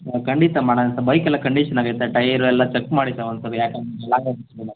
ಖಂಡಿತ ಮಾಡೋಣ ಸರ್ ಬೈಕೆಲ್ಲ ಕಂಡೀಷನಾಗೈತಾ ಟಯರು ಎಲ್ಲ ಚೆಕ್ ಮಾಡಿ ಸರ್ ಒಂದ್ಸಲ ಯಾಕಂದರೆ ಲಾಂಗ್ ಹೋಗ್ತೀವಲ್ಲ